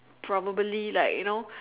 probably like you know